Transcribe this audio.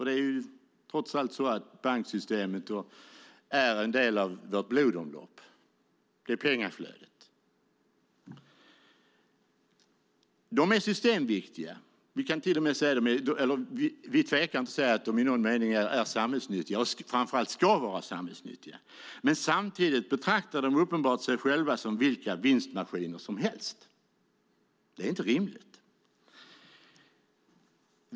Det är trots allt så att banksystemet är en del av vårt blodomlopp - pengaflödet. De är systemviktiga, och vi tvekar inte att säga att de i någon mening är samhällsnyttiga, framför allt ska vara samhällsnyttiga. Samtidigt betraktar de sig själva som vilka vinstmaskiner som helst. Det är inte rimligt.